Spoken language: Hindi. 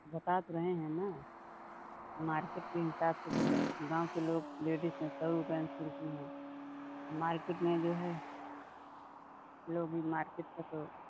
बता तो रहे हैं ना मार्केट के हिसाब से तो ज़्या गाँव के लोग लेडिज हैं सौ रुपये में सिलते हैं मार्केट मे जो है लोग अभी मार्केट का तो